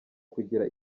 kugira